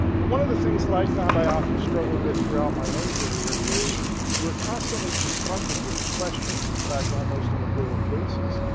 well, one of the things that i found i often struggle with throughout my own career is you're constantly confronted with the question, in fact almost on a daily basis,